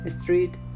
street